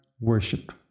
worship